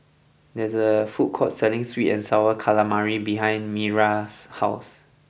there is a food court selling Sweet and Sour Calamari behind Miriah's house